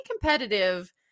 competitive